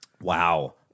Wow